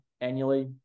annually